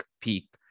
peak